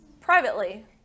privately